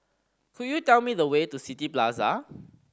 could you tell me the way to City Plaza